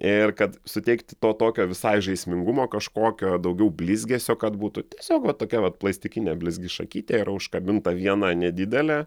ir kad suteikti to tokio visai žaismingumo kažkokio daugiau blizgesio kad būtų tiesiog va tokia vat plastikinė blizgi šakytė yra užkabinta viena nedidelė